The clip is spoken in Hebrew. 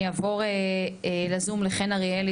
אני אעבור לזום לחן אריאלי,